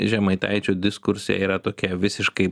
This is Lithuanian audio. žemaitaičio diskurse yra tokie visiškai